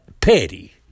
Petty